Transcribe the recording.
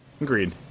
Agreed